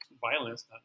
violence